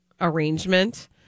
arrangement